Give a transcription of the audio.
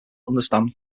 understand